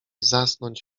zasnąć